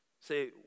Say